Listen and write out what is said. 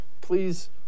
Please